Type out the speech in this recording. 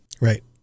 right